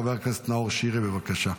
חבר הכנסת נאור שירי, בבקשה.